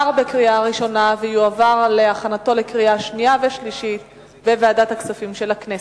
לוועדת הכספים נתקבלה.